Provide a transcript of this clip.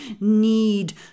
need